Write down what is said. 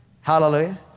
Hallelujah